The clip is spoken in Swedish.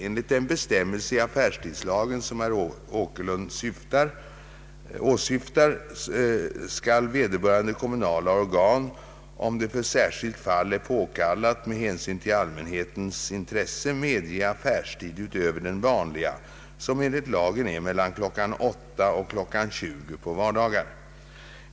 Enligt den bestämmelse i affärstidslagen som herr Åkerlund syftar på skall vederbörande kommunala organ — om det för särskilt fall är påkallat med hänsyn till allmänhetens intresse — medge affärstid utöver den vanliga, som enligt lagen är mellan kl. 8.00 och kl. 20.00 på vardagar.